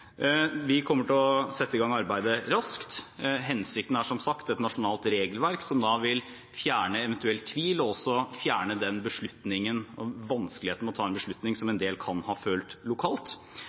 Vi kommer til å sette i gang arbeidet raskt. Hensikten er som sagt et nasjonalt regelverk som vil fjerne eventuell tvil, og også fjerne vanskeligheten ved å ta en beslutning, som en del kan ha følt lokalt.